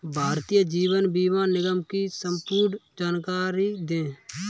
भारतीय जीवन बीमा निगम की संपूर्ण जानकारी दें?